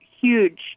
huge